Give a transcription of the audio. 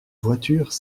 voitures